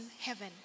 heaven